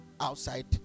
outside